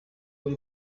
buri